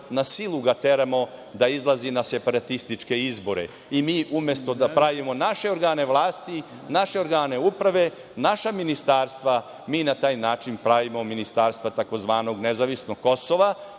na silu ga teramo da izlazi na separatističke izbore. I mi, umesto da pravimo naše organe vlasti, naše organe uprave, naša ministarstva, mi na taj način pravimo ministarstva tzv. nezavisnog Kosova